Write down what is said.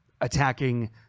attacking –